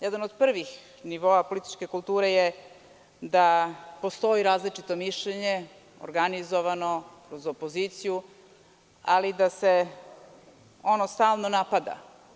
Jedan od prvih nivoa političke kulture je da postoji različito mišljenje organizovano kroz opoziciju, ali da se ono stalno napada.